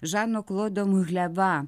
žano klodo muhleva